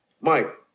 Mike